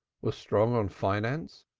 was strong on finance,